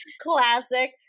Classic